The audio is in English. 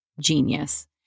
Genius